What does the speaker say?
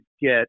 get